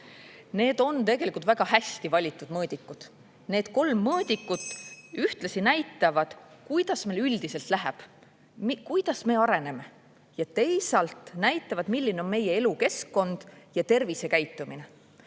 Need on tegelikult väga hästi valitud mõõdikud. Need kolm mõõdikut ühtlasi näitavad, kuidas meil üldiselt läheb, kuidas me areneme, ja teisalt näitavad, milline on meie elukeskkond ja tervisekäitumine. Kui